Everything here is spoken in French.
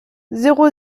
zéro